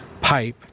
pipe